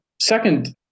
second